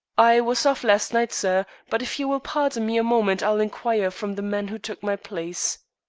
i was off last night, sir, but if you will pardon me a moment i'll inquire from the man who took my place.